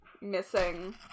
missing